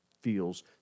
feels